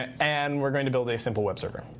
and we're going to build a simple web server.